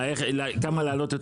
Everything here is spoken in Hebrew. מה, כמה להעלות יותר?